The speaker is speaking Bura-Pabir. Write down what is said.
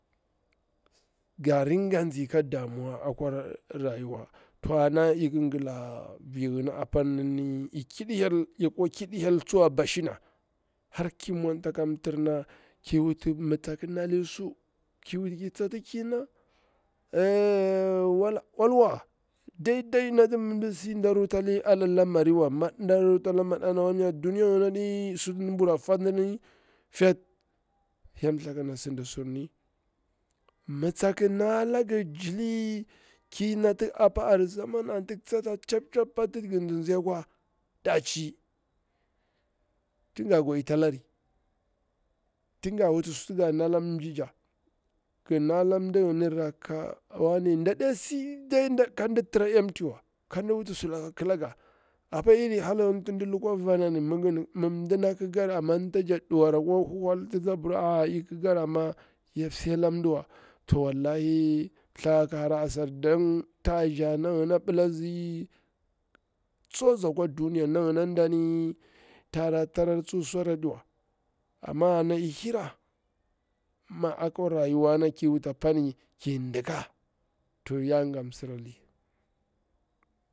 Ga rinka nzi ka damuwa akwa kuta rayuwa, to ana ik gila vingni ikiɗi hyel yakwa ƙiɗi hyel tsuwa ba shina har ki mwantaka mtirna ki wuti mi tsak nali su, ki wuti ki tsati ƙirna ey wala ulwa dai dai nati mi ɗi si nda rutali lamari wa, da rutaza madana wa, kamnya dmniyani taɗi su nati bura fatini fetwa hyel thaku tana sidi surni, mi tsak nalangi jili kiy nati apa azaman anti ngi tsata chap chap pa anti ngi nzikwa bwanga daci, tin nga gwadita alari. Tin nga wuti sutu nga nala ryicha ganala mdigini rakka, wane daɗi si kan tira empty wa, kan wuti sulaka akilanga, apa iri hyal na gini tidi lukwa avanani, mim ɗina kikari amma ta jakti ɗuwari akwa huwaltitsi abir ai kikari na ya msi ala mdiwa to wallahi thaka ki hara asar, ta zihana ginia zi tsu akwa duniya. Ama akwa rayuwa ki wuta ki dika to yam na sanki.